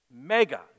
mega